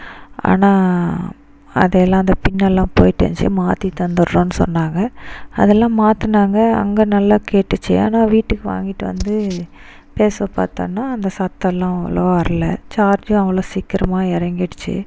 ஆனால் அதெல்லாம் அந்த பின்னெல்லாம் போய்ட்டுருந்துச்சி மாற்றி தந்துடுறோம்னு சொன்னாங்க அதெல்லாம் மாற்றினாங்க அங்கே நல்லா கேட்டுச்சு ஆனால் வீட்டுக்கு வாங்கிகிட்டு வந்து பேச பார்த்தோனா அந்த சத்தோம்லாம் அவ்வளவா வரல சார்ஜூம் அவ்வளோ சீக்கிரமாக இறங்கிடுச்சி